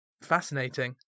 fascinating